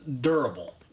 durable